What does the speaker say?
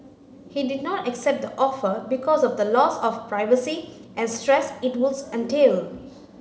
he did not accept the offer because of the loss of privacy and stress it would entail